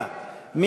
איתן ברושי,